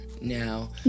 Now